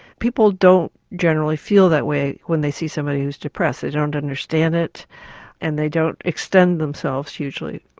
people don't generally feel that way when they see somebody who's depressed, they don't understand it and they don't extend themselves usually.